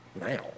now